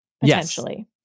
potentially